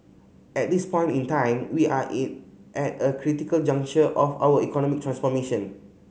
at this point in time we are in at a critical juncture of our economic transformation